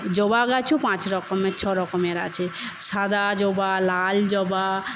জবা গাছও পাঁচ রকমের ছ রকমের আছে সাদা জবা লাল জবা